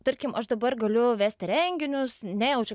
tarkim aš dabar galiu vesti renginius nejaučiau